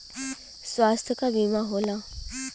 स्वास्थ्य क बीमा होला